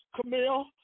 Camille